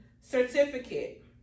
certificate